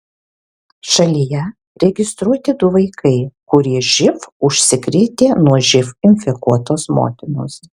šalyje registruoti du vaikai kurie živ užsikrėtė nuo živ infekuotos motinos